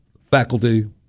faculty